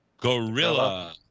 Gorilla